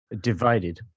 Divided